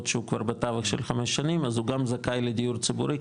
שהוא בטווח של חמש שנים אז הוא גם זכאי לדיור ציבורי,